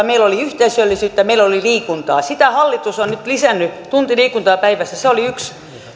meillä oli yhteisöllisyyttä ja meillä oli liikuntaa sitä hallitus on nyt lisännyt tunti liikuntaa päivässä se oli yksi